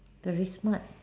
very smart